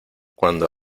cuando